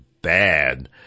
bad